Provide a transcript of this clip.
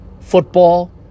football